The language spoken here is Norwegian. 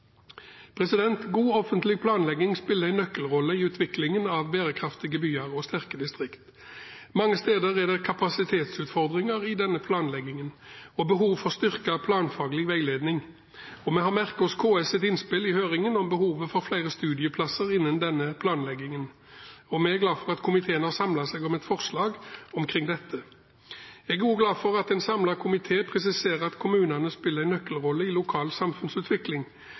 God offentlig planlegging spiller en nøkkelrolle i utviklingen av bærekraftige byer og sterke distrikt. Mange steder er det kapasitetsutfordringer i denne planleggingen og behov for styrket planfaglig veiledning. Vi har merket oss innspillet fra KS i høringen om behovet for flere studieplasser innen denne planleggingen, og vi er glade for at komiteen har samlet seg om et forslag omkring dette. Jeg er også glad for at en samlet komité presiserer at kommunene spiller en nøkkelrolle i lokal samfunnsutvikling,